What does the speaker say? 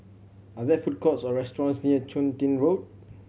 are there food courts or restaurants near Chun Tin Road